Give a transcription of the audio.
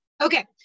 Okay